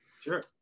Sure